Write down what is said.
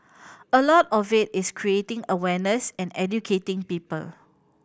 a lot of it is creating awareness and educating people